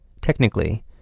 Technically